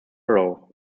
bureau